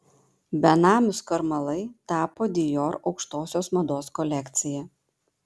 benamių skarmalai tapo dior aukštosios mados kolekcija